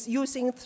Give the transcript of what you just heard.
using